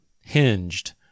hinged